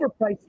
overpriced